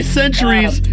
centuries